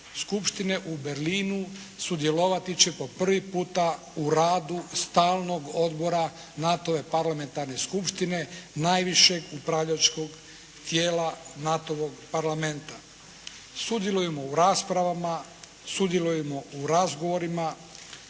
skupštine u Berlinu sudjelovati će po prvi puta u radu stalnog Odbora NATO-ove Parlamentarne skupštine, najvećeg upravljačkog tijela NATO-ovog Parlamenta. Sudjelujemo u raspravama, sudjelujemo u razgovorima